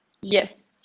Yes